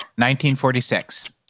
1946